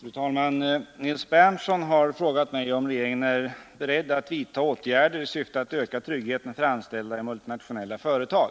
Fru talman! Nils Berndtson har frågat mig om regeringen är beredd att vidta åtgärder i syfte att öka tryggheten för anställda i multinationella företag.